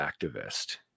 activist